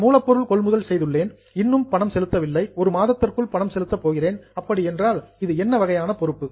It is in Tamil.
நான் மூலப்பொருள் கொள்முதல் செய்துள்ளேன் இன்னும் பணம் செலுத்தவில்லை ஒரு மாதத்திற்குள் பணம் செலுத்த போகிறேன் அப்படி என்றால் இது என்ன வகையான பொறுப்பு